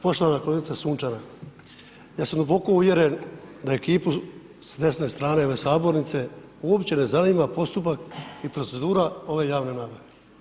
Poštovana kolegice Sunčana, ja sam duboko uvjeren da ekipu s desne strane ove Sabornice uopće ne zanima postupak i procedura ove javne nabave.